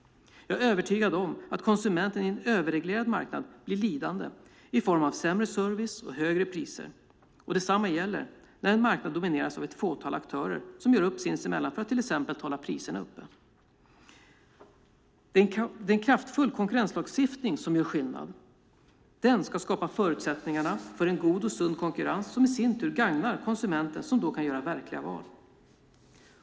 Jag är övertygad om att konsumenten i en överreglerad marknad blir lidande i form av sämre service och högre priser. Detsamma gäller när en marknad domineras av ett fåtal aktörer som gör upp sinsemellan för att till exempel hålla priserna uppe. Det är en kraftfull konkurrenslagstiftning som gör skillnad. Den ska skapa förutsättningar för en god och sund konkurrens som i sin tur gagnar konsumenten som då kan göra verkliga val.